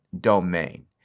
domain